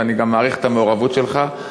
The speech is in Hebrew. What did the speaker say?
ואני גם מעריך את המעורבות שלך,